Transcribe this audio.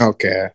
Okay